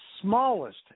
smallest